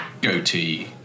goatee